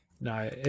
no